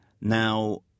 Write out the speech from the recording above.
Now